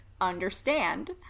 understand